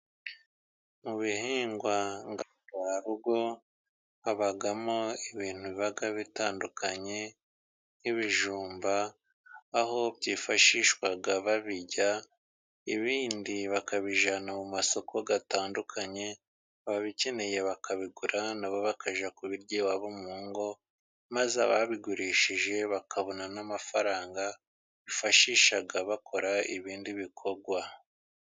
Mu bihingwa ngandurarugo, habamo ibintu bigiye bitandukanye ,nk'ibijumba aho byifashishwaga babirya , ibindi bakabijyana mu masoko atandukanye . Ababikeneye bakabigura nabo bakajya kubirya iwabo mu ngo, maze ababigurishije bakabona n'amafaranga bifashisha bakora ibindi bikorwa.